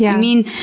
yeah mean,